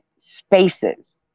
spaces